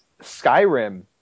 Skyrim